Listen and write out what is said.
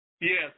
Yes